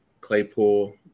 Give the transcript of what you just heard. Claypool